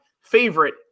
favorite